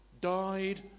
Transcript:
died